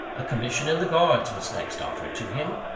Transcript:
a commission in the guards was next offered to him.